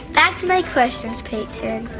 back to my questions payton.